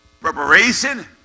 preparation